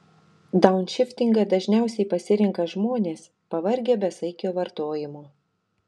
daunšiftingą dažniausiai pasirenka žmonės pavargę besaikio vartojimo